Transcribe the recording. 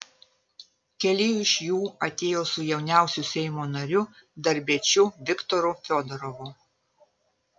keli iš jų atėjo su jauniausiu seimo nariu darbiečiu viktoru fiodorovu